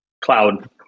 Cloud